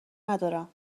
ندارم